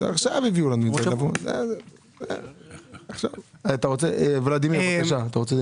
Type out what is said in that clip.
עניין צמצום המסגרות עשה הרבה מאוד רעש,